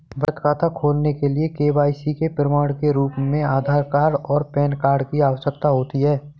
बचत खाता खोलने के लिए के.वाई.सी के प्रमाण के रूप में आधार और पैन कार्ड की आवश्यकता होती है